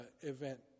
event